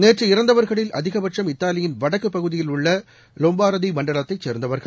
நேற்று இறந்தவர்களில் அதிகபட்சும் இத்தாலியின் வடக்கு பகுதியில் உள்ள லொம்பாரதி மண்டலத்தைச் சேர்ந்தவர்கள்